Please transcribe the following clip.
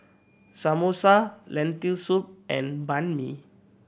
Samosa Lentil Soup and Banh Mi